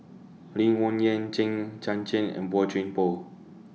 Lee Wung Yew Hang Chang Chieh and Boey Chuan Poh